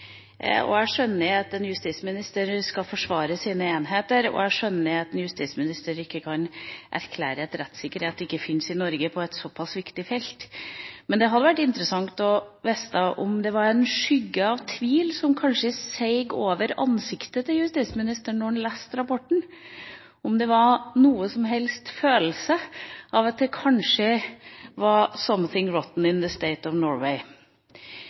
Jeg skjønner at en justisminister skal forsvare sine enheter, og jeg skjønner at en justisminister ikke kan erklære at rettssikkerhet ikke finnes i Norge på et såpass viktig felt. Men det hadde vært interessant å få vite om det var en skygge av tvil som kanskje seig over ansiktet til justisministeren da han leste rapporten – om det var noen som helst følelse av at det kanskje var «something rotten in det state of Norway».